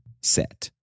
set